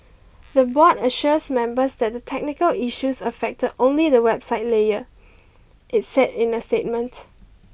the board assures members that the technical issues affected only the website layer it said in a statement